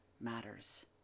matters